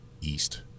east